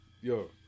yo